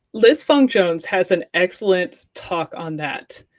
liz fong jones has an excellent talk on that